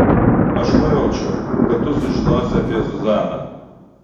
aš nujaučiau kad tu sužinosi apie zuzaną